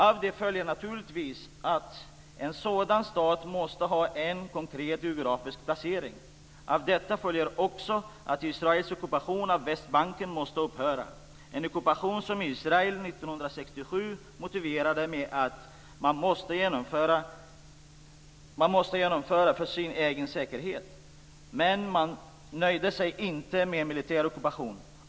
Av det följer naturligtvis att en sådan stat måste ha en konkret geografisk placering. Av detta följer också att Israels ockupation av Västbanken måste upphöra, en ockupation som Israel 1967 hävdade att man måste genomföra för sin egen säkerhet. Men man nöjde sig inte med militär ockupation.